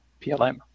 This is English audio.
PLM